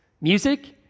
music